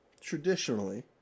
traditionally